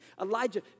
Elijah